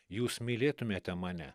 jūs mylėtumėte mane